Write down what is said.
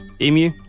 Emu